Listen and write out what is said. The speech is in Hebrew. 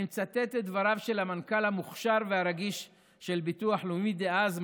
אני מצטט את דבריו של המנכ"ל המוכשר והרגיש של הביטוח הלאומי דאז,